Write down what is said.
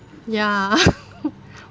ya